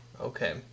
Okay